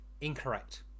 Incorrect